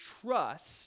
trust